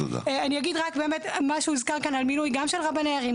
אני אגיד רק באמת מה שהוזכר כאן בנושא של מינוי גם של רבני ערים,